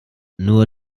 nur